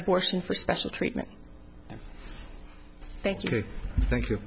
abortion for special treatment thank you thank you